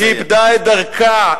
איבדה את דרכה,